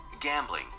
gambling